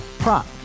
Prop